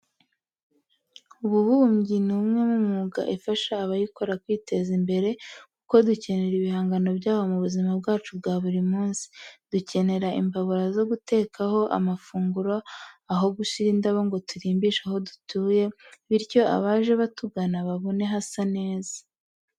Ububumbyi ni umwe mu myuga ifasha abayikora kwiteza imbere kuko dukenera ibihangano byabo mu buzima bwacu bwa buri munsi. Dukenera imbabura zo gutekaho amafunguro, aho gushyira indabo ngo turimbishe aho dutuye bityo abaje batugana babone hasa neza.